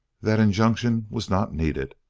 that injunction was not needed.